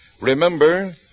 Remember